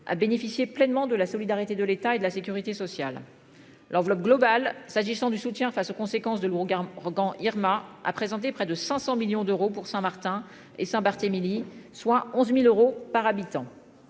a bénéficié pleinement de la solidarité de l'État et de la sécurité sociale. L'enveloppe globale s'agissant du soutien face aux conséquences de Lourdes Regan Irma a présenté près de 500 millions d'euros pour Saint-Martin et Saint-Barth Emilie, soit 11.000 euros par habitant.